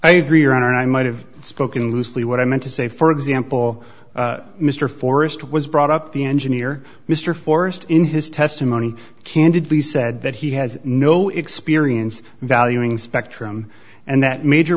honor i might have spoken loosely what i meant to say for example mr forrest was brought up the engineer mr forrest in his testimony candidly said that he has no experience valuing spectrum and that major